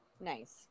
Nice